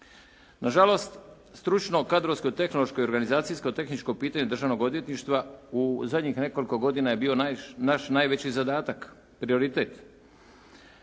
Nažalost, stručno, kadrovsko, tehnološko i organizacijsko tehničko pitanje državnog odvjetništva u zadnjih nekoliko godina je bio naš najveći zadatak, prioritet.